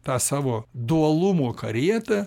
tą savo dualumo karietą